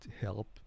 help